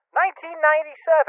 1997